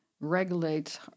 regulates